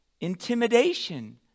intimidation